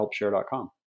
helpshare.com